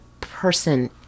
person